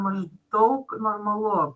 maždaug normalu